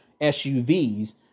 SUVs